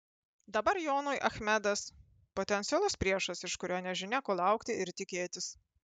dabar jonui achmedas potencialus priešas iš kurio nežinia ko laukti ir tikėtis